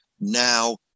now